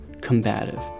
combative